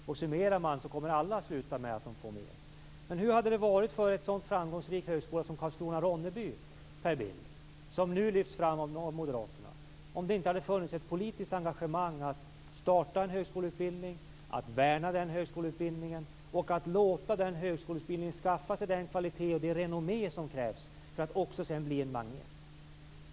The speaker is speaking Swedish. Vid en summering kommer alla att få mer. Hur hade det varit för en så framgångsrik högskola som Karlskrona/Ronneby, Per Bill, som nu lyfts fram av Moderaterna, om det inte hade funnits ett politiskt engagemang att starta en högskoleutbildning, att värna den högskoleutbildningen och att låta den högskolan skaffa sig den kvalitet och renommé som krävs för att bli en magnet?